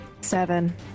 Seven